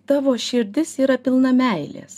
tavo širdis yra pilna meilės